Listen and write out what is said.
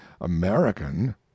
American